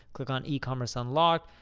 click on ecommerce unlocked,